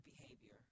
behavior